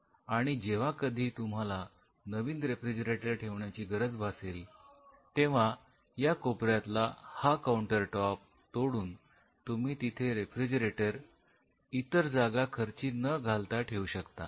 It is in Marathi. आणि जेव्हा कधी तुम्हाला नवीन रेफ्रिजरेटर ठेवण्याची गरज भासेल तेव्हा या कोपऱ्यातला हा काउंटर टॉप तोडून तुम्ही तिथे रेफ्रिजरेटर इतर जागा खर्ची न घालता ठेवू शकता